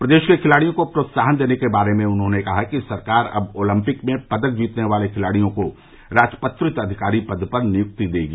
प्रदेश के खिलाड़ियों को प्रोत्साहन देने के बारे में उन्होंने कहा कि सरकार अब ओलम्पिक में पदक जीतने वाले खिलाड़ियों को राजपत्रित अधिकारी पद पर नियुक्ति देगी